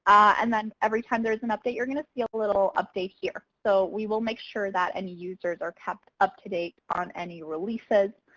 and then every time there's an update you're going to see a little update here. so we will make sure that any users are kept up to date on any releases,